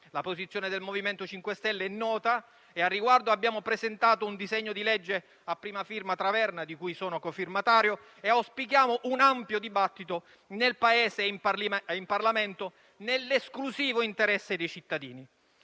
La posizione del MoVimento 5 Stelle è nota e al riguardo abbiamo presentato un disegno di legge a prima firma Taverna - di cui sono cofirmatario - e auspichiamo un ampio dibattito nel Paese e in Parlamento nell'esclusivo interesse dei cittadini.